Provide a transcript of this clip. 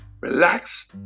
relax